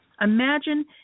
imagine